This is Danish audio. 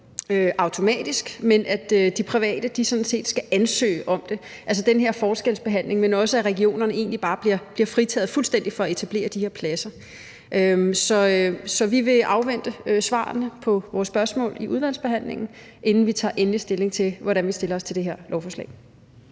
automatisk, men at de private skal ansøge om det – den her forskelsbehandling – men altså at regionerne egentlig bare bliver fuldstændig fritaget fra at etablere de her pladser. Så vi vil afvente svarene på vores spørgsmål i udvalgsbehandlingen, inden vi tager endelig stilling til, hvordan vi stiller os til det her lovforslag.